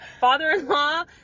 father-in-law